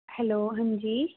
hello हांजी